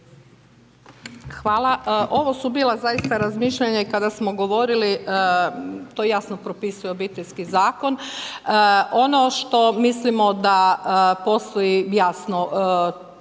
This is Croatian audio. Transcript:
Hvala. Ovo su bila zaista razmišljanja i kada smo govorili to jasno propisuje Obiteljski zakon, ono što mislimo da postoji jasno